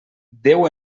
déu